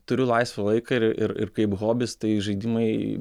turiu laisvą laiką ir ir kaip hobis tai žaidimai